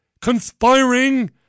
conspiring